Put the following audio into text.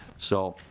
so